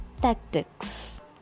tactics